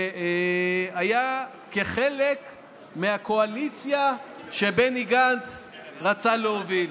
שהיה חלק מהקואליציה שבני גנץ רצה להוביל.